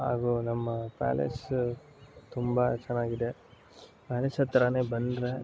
ಹಾಗೂ ನಮ್ಮ ಪ್ಯಾಲೇಸ ತುಂಬ ಚೆನ್ನಾಗಿದೆ ಪ್ಯಾಲೇಸ್ ಹತ್ತಿರಾನೇ ಬಂದರೆ